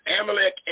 Amalek